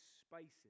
spices